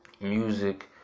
music